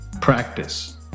practice